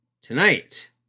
tonight